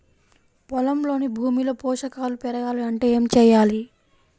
పొలంలోని భూమిలో పోషకాలు పెరగాలి అంటే ఏం చేయాలి?